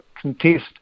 contest